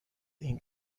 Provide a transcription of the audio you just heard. این